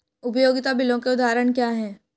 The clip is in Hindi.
उपयोगिता बिलों के उदाहरण क्या हैं?